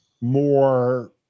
more